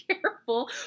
careful